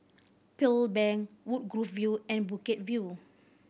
Pearl Bank Woodgrove View and Bukit View